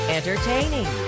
Entertaining